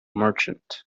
merchant